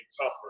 tougher